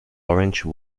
orange